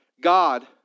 God